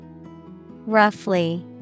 Roughly